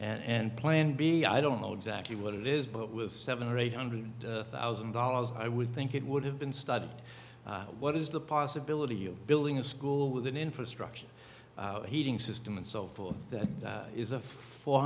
and plan b i don't know exactly what it is but with seven or eight hundred thousand dollars i would think it would have been started what is the possibility of building a school with an infrastructure heating system and so forth that is a four